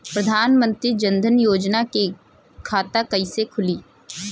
प्रधान मंत्री जनधन योजना के खाता कैसे खुली?